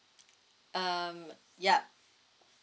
um yup